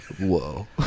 Whoa